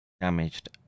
damaged